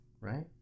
right